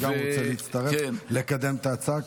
אני גם רוצה להצטרף לקדם את ההצעה,